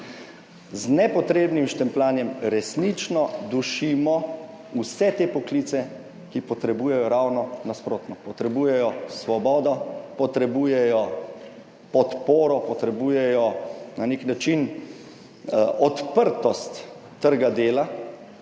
Z nepotrebnim štempljanjem resnično dušimo vse te poklice, ki potrebujejo ravno nasprotno, potrebujejo svobodo, potrebujejo podporo, potrebujejo na nek način odprtost trga dela.